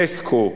"טסקו",